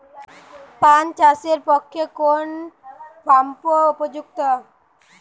পান চাষের পক্ষে কোন পাম্প উপযুক্ত?